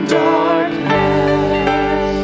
darkness